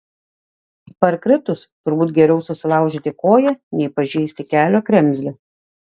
parkritus turbūt geriau susilaužyti koją nei pažeisti kelio kremzlę